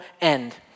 end